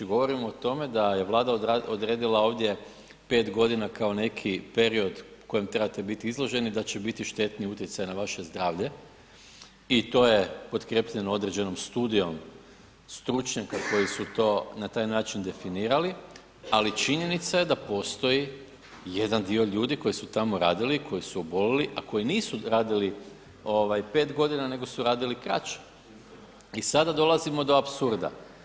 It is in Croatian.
Govorimo o tome da je Vlada odredila ovdje 5 godina kao neki period kojem trebate biti izloženi da će biti štetni utjecaji na vaše zdravlje i to je potkrepljeno određenom studijom stručnjaka koji su to na taj način definirali, ali činjenica je da postoji jedan dio ljudi koji su tamo radili, koji su obolili, a koji nisu radili 5 godina nego su radili kraće i sad dolazimo do apsurda.